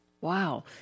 Wow